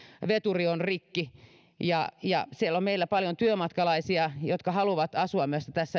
veturi on rikki ja ja siellä on meillä paljon työmatkalaisia jotka haluavat asua